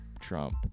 Trump